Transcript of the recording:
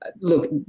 Look